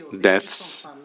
deaths